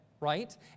right